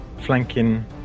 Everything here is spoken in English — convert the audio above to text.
flanking